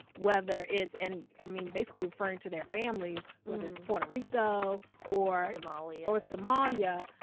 whether it's and i mean, basically referring to their families, whether it's puerto rico or. somalia. or somalia,